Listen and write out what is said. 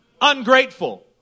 ungrateful